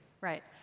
Right